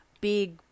big